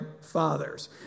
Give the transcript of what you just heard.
fathers